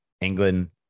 England